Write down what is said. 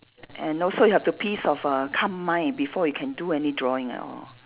and also you have to peace of err calm mind before you can do any drawing at all